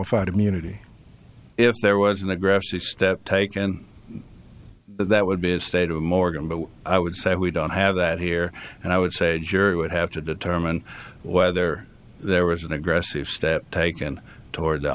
if i did munity if there was an aggressive step taken that would be a state of morgan but i would say we don't have that here and i would say a jury would have to determine whether there was an aggressive step taken toward the